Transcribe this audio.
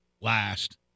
last